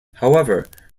however